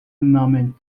moment